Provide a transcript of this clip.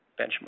benchmark